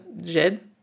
Jed